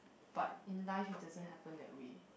but in life it doesn't happen that way